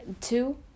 two